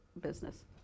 business